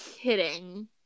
kidding